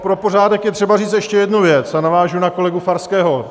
Pro pořádek je třeba říct ještě jednu věc, a navážu na kolegu Farského.